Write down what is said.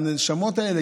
הנשמות האלה,